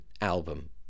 album